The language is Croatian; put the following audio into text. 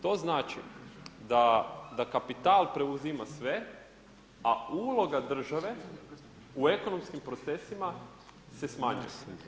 To znači da kapital preuzima sve, a uloga države u ekonomskim procesima se smanjuje.